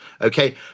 Okay